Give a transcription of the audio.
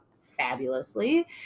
fabulously